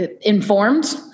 Informed